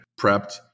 prepped